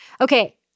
Okay